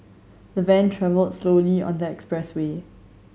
the van travelled slowly on the expressway